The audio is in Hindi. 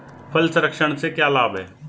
फल संरक्षण से क्या लाभ है?